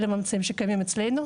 אלה הממצאים שקיימים אצלנו.